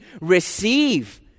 receive